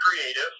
creative